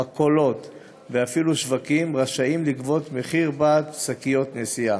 מכולות ואפילו שווקים רשאים לגבות מחיר בעד שקיות נשיאה.